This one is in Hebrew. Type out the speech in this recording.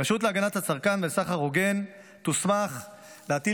הרשות להגנת הצרכן ולסחר הוגן תוסמך להטיל